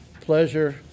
pleasure